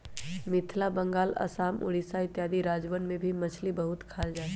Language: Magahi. मिथिला बंगाल आसाम उड़ीसा इत्यादि राज्यवन में भी मछली बहुत खाल जाहई